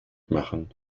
machen